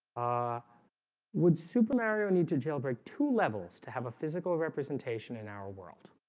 ah would super mario need to jailbreak to levels to have a physical representation in our world?